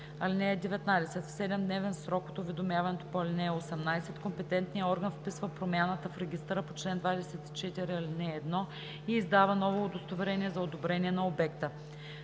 (19) В 7-дневен срок от уведомяването по ал. 18 компетентният орган вписва промяната в регистъра по чл. 24, ал. 1 и издава ново удостоверение за одобрение на обекта.